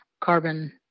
carbon